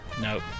Nope